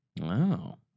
Wow